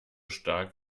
stark